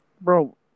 Bro